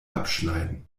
abschneiden